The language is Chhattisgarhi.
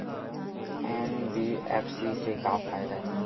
एन.बी.एफ.सी से का फ़ायदा हे?